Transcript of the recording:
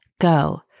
go